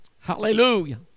Hallelujah